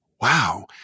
wow